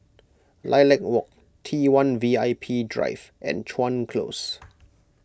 Lilac Walk T one V I P Drive and Chuan Close